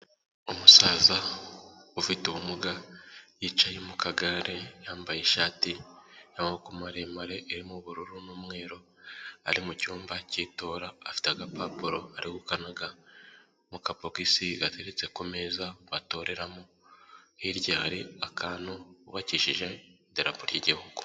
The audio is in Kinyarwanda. Umusaza ufite ubumuga yicaye mu kagare, yambaye ishati y'amaboko maremare irimo ubururu n'umweru ari mu cyumba cy'itora, afite agapapuro ari kukanaga mu kabogisi gateretse ku meza batoreramo, hirya hari akantu bubakishije idarapo ry'igihugu.